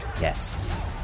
Yes